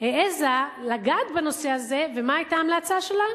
העזה לגעת בנושא הזה, ומה היתה ההמלצה שלה?